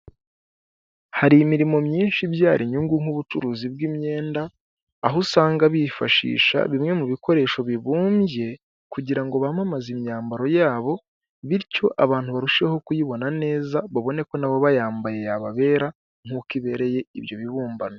Hari imirimo myinshi ibyara inyungu nk'ubucuruzi bw'imyenda, aho usanga bifashisha bimwe mu bikoresho bibumbye kugira ngo bamamaze imyambaro yabo, bityo abantu barusheho kuyibona neza, babone ko nabo bayambaye yababera nk'uko ibereye ibyo bibumbano.